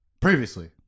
previously